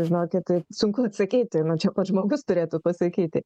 žinokit sunku atsakyti na čia pats žmogus turėtų pasakyti